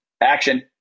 action